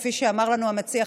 כפי שאמר לנו המציע,